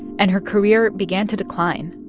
and her career began to decline.